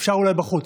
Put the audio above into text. אפשר אולי בחוץ.